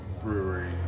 Brewery